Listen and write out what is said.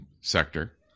sector